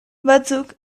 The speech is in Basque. batzuk